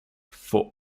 for